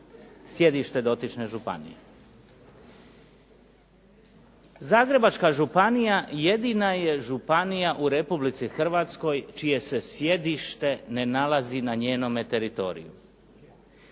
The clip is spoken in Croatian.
sjedište dotične županije. Zagrebačka županija jedina je županija u Republici Hrvatskoj čije se sjedište ne nalazi na njenome teritoriju.